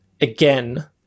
again